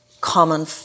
common